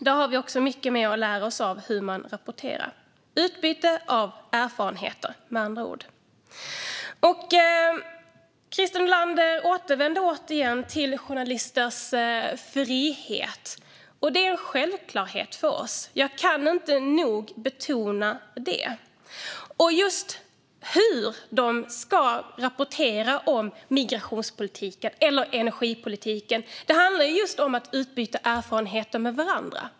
Där har vi mycket mer att lära oss när det gäller hur man rapporterar - utbyte av erfarenheter, med andra ord. Christer Nylander återkommer till journalistens frihet. Det är en självklarhet för oss. Jag kan inte nog betona det. Just hur man rapporterar om migrationspolitik eller energipolitik handlar om att utbyta erfarenheter med varandra.